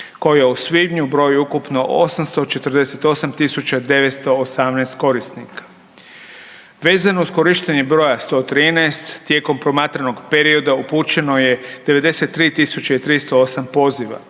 koja u svibnju broj ukupno 848.918 korisnika. Vezano uz korištenje broja 113 tijekom promatranog perioda upućeno je 93.308 poziva,